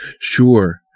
Sure